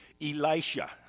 Elisha